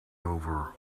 over